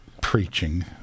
preaching